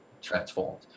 transformed